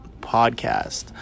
podcast